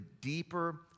deeper